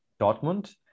Dortmund